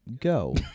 Go